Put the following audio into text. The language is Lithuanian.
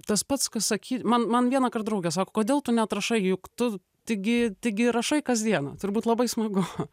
tas pats kas sakyt man man vienąkart draugė sako kodėl tu neatrašai juk tu taigi taigi rašai kasdieną turbūt labai smagu